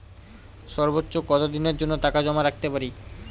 সর্বোচ্চ কত দিনের জন্য টাকা জমা রাখতে পারি?